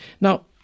Now